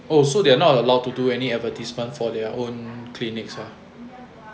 oh so they are not allowed to do any advertisement for their own clinics lah